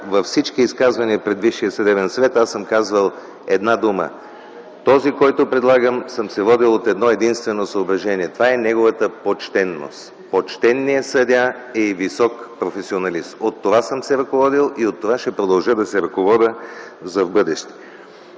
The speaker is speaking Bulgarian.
във всички изказвания пред Висшия съдебен съвет съм казвал: за този, когото предлагам, съм се водил от едно-единствено съображение – неговата почтеност. Почтеният съдия е и висок професионалист. От това съм се ръководил и от това ще продължавам да се ръководя за в бъдеще.